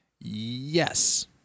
Yes